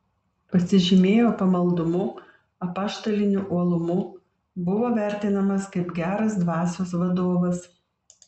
pasižymėjo pamaldumu apaštaliniu uolumu buvo vertinamas kaip geras dvasios vadovas